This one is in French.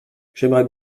j’aimerais